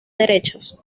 derechos